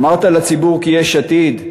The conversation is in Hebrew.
6. אמרת לציבור כי יש עתיד,